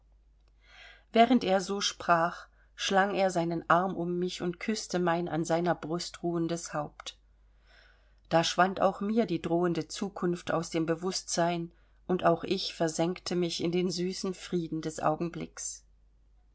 während er so sprach schlang er seinen arm um mich und küßte mein an seiner brust ruhendes haupt da schwand auch mir die drohende zukunft aus dem bewußtsein und auch ich versenkte mich in den süßen frieden des augenblickes